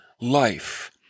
life